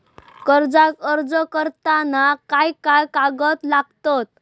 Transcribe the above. कर्जाक अर्ज करताना काय काय कागद लागतत?